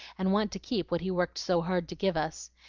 and want to keep what he worked so hard to give us.